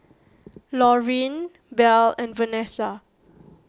Laureen Bell and Vanesa